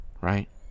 right